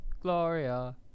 gloria